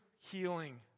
healing